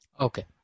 Okay